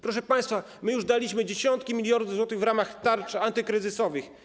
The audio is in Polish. Proszę państwa, my już daliśmy dziesiątki milionów złotych w ramach tarcz antykryzysowych.